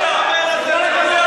תוציא אותו החוצה.